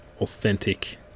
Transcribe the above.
authentic